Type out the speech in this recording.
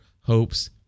hopes